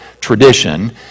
tradition